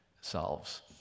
selves